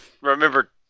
remember